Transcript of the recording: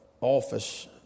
office